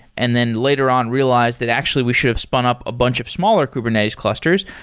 and then later on realize that actually, we should have spun up a bunch of smaller kubernetes clusters.